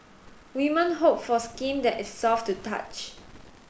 women hope for skin that is soft to touch